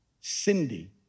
Cindy